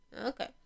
Okay